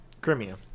Crimea